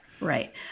Right